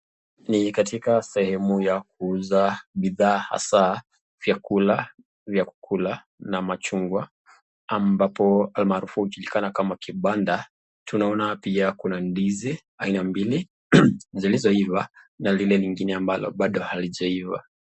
Ni katika sehemu ya kuuza bidhaa hasaa vyakula vya kukula na machungwa ambapo almaarufu hujulikana kama kibanda. Tunaona pia kuna ndizi aina mbili zilizoiva na lile lingine ambalo halijaiva.